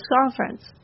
conference